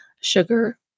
sugar